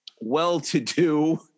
well-to-do